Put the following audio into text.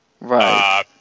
Right